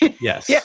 Yes